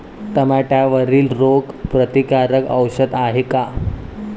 टमाट्यावरील रोग प्रतीकारक औषध हाये का?